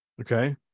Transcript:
Okay